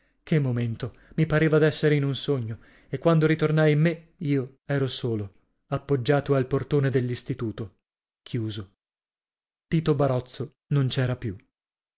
che momento i pareva d'essere in un sogno e quando ritornai in me io ero solo appoggiato al portone dell'istituto chiuso tito barozzo non c'era più